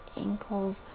ankles